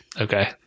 Okay